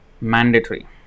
mandatory